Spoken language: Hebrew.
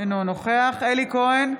אינו נוכח אלי כהן,